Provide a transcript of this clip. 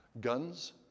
Guns